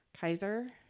kaiser